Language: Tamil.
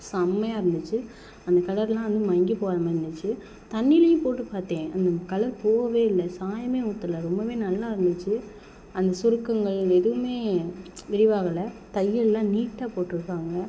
செம்மையாக இருந்துச்சு அந்த கலர்லாம் வந்து மங்கி போவாத மாதிரி இருந்துச்சு தண்ணிலியும் போட்டு பார்த்தேன் அந்த கலர் போவவே இல்லை சாயமே ஊற்றல ரொம்பவே நல்லா இருந்துச்சு அந்த சுருக்கங்கள் எதுவுமே விரிவாவுல தையல்லாம் நீட்டாக போட்யிருக்காங்க